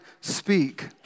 speak